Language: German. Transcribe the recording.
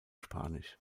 spanisch